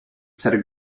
said